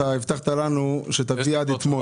אתה הבטחת לנו שתיתן שתעביר עד אתמול את הרשימה.